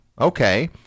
Okay